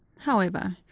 however,